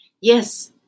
Yes